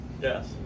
Yes